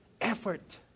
effort